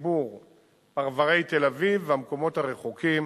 לחיבור פרברי תל-אביב והמקומות הרחוקים,